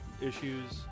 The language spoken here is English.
issues